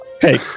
Hey